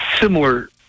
similar